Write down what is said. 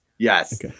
Yes